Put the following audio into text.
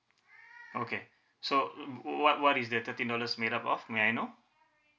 okay so wh~ what what is the thirteen dollars made up of may I know